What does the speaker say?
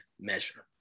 measure